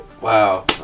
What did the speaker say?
Wow